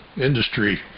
industry